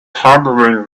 handling